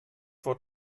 vor